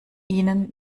ihnen